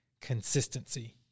consistency